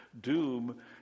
Doom